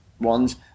ones